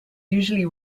usually